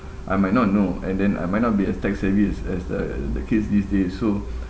I might not know and then I might not be as tech savvy as as the the kids these days so